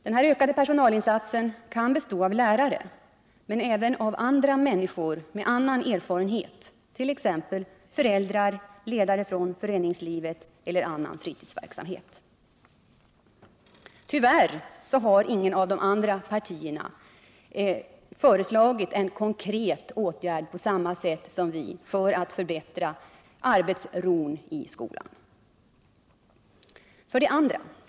Den här ökade personalinsatsen kan bestå av lärare men även av andra människor med annan erfarenhet, t.ex. föräldrar och ledare från föreningslivet eller annan fritidsverksamhet. Tyvärr har inget av de andra partierna på samma sätt som vi föreslagit en konkret åtgärd för att förbättra arbetsron i skolan. 2.